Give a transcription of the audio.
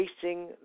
facing